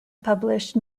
published